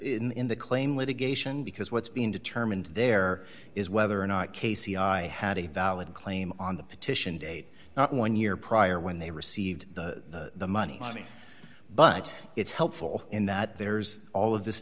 in the claim litigation because what's being determined there is whether or not casey i had a valid claim on the petition date not one year prior when they received the money but it's helpful in that there's all of this